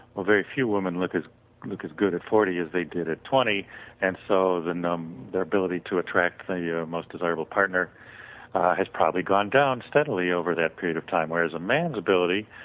well very few women look as look as good at forty as they did at twenty and so and um their ability to attract the yeah most desirable partner has probably gone down steadily over that period of time. whereas a man's ability